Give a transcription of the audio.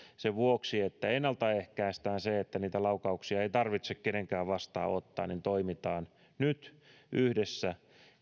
sen vuoksi että ennalta ehkäistään se että niitä laukauksia ei tarvitse kenenkään vastaanottaa toimitaan nyt yhdessä